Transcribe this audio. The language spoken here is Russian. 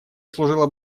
служила